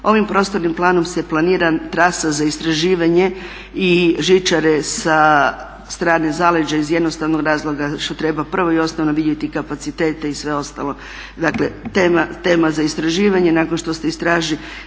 Ovim prostornim planom se planira trasa za istraživanje i žičare sa strane zaleđa iz jednostavnog razloga što treba prvo i osnovno vidjeti kapacitete i sve ostalo. Dakle tema za istraživanje nakon što se istraži